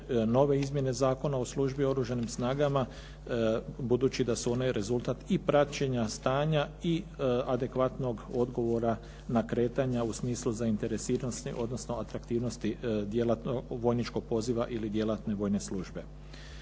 nove izmjene Zakona o službi u oružanim snagama budući da su one rezultat i praćenja stanja i adekvatnog odgovora na kretanja u smislu zainteresiranosti odnosno atraktivnosti vojničkog poziva ili djelatne vojne službe.